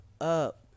up